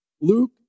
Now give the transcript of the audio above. Luke